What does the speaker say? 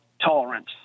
tolerance